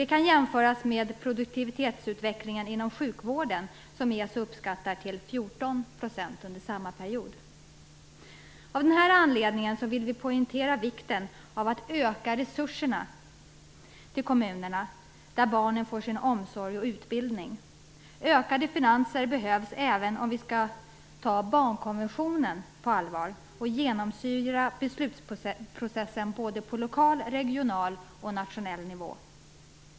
Det kan jämföras med produktivitetsutvecklingen inom sjukvården, som ESO uppskattar till 14 % under samma period. Av den här anledningen vill vi poängtera vikten av att öka resurserna till kommunerna, där barnen får sin omsorg och utbildning. Förbättrade finanser behövs även ifall vi skall ta barnkonventionen på allvar och låta den genomsyra beslutsprocessen på såväl lokal och regional som nationell nivå.